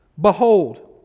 Behold